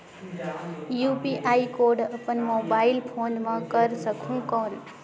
UPI code अपन mobile phone मे कर सकहुं कौन?